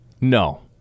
No